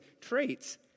traits